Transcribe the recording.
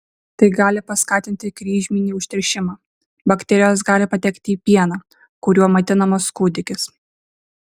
tai gali paskatinti kryžminį užteršimą bakterijos gali patekti į pieną kuriuo maitinamas kūdikis